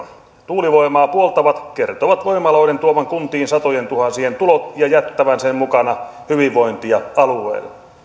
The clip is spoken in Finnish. tuulivoimaa puoltavat kertovat voimaloiden tuovan kuntiin satojentuhansien tulot ja jättävän sen mukana hyvinvointia alueelle